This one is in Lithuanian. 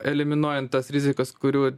eliminuojant tas rizikas kurių